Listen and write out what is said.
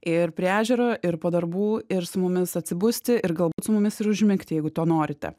ir prie ežero ir po darbų ir su mumis atsibusti ir galbūt su mumis ir užmigti jeigu to norite